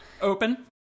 open